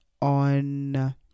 on